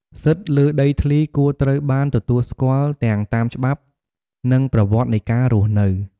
សិទ្ធិលើដីធ្លីគួរត្រូវបានទទួលស្គាល់ទាំងតាមច្បាប់ និងប្រវត្តិនៃការរស់នៅ។